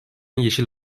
yeşil